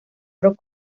rock